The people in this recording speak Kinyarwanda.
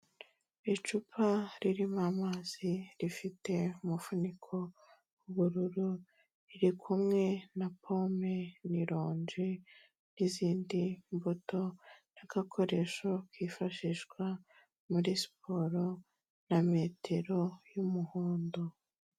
Icupa ririmo amazi rifite umufuniko w'ubururu, riri kumwe na pome n'irongi n'izindi mbuto. N'agakoresho kifashishwa muri siporo na metero y'umuhondo.